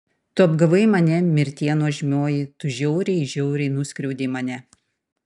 tu apgavai mane mirtie nuožmioji tu žiauriai žiauriai nuskriaudei mane